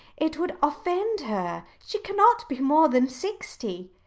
it would offend her. she cannot be more than sixty.